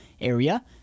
area